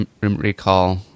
recall